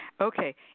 Okay